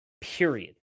period